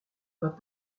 pas